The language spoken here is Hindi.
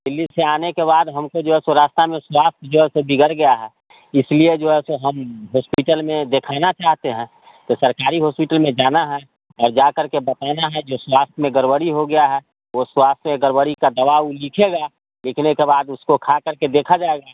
दिल्ली से आने के बाद हमको जो है सो रास्ता में स्वास्थ्य जो है सो बिगड़ गया है इसलिए जो है सो हम हॉस्पिटल में देखाना चाहते हैं तो सरकारी हॉस्पिटल में जाना है और जाकर के बताना है जो स्वास्थ्य में गड़बड़ी हो गई है वह स्वास्थ्य में गड़बड़ी का दवा ऊ लिखेगा लिखने के बाद उसो खा करके देखा जाएगा